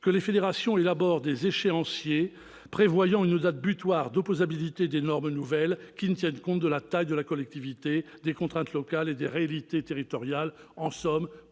que les fédérations élaborent des échéanciers prévoyant une date butoir d'opposabilité des normes nouvelles, qui tiennent compte de la taille de la collectivité, des contraintes locales et des réalités territoriales. En somme,